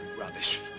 Rubbish